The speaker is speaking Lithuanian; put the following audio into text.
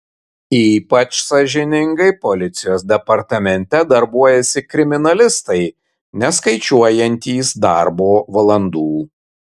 ypač sąžiningai policijos departamente darbuojasi kriminalistai neskaičiuojantys darbo valandų